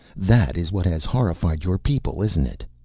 that is what has horrified your people, isn't it?